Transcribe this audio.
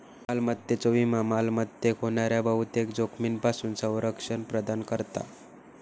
मालमत्तेचो विमो मालमत्तेक होणाऱ्या बहुतेक जोखमींपासून संरक्षण प्रदान करता